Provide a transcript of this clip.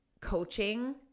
coaching